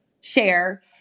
share